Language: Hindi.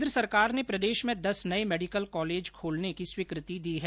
केन्द्र सरकार ने प्रदेश में दस नए मेडिकल कॉलेज खोलने की स्वीकृति दे दी है